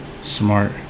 Smart